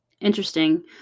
Interesting